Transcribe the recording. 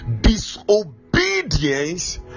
Disobedience